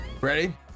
Ready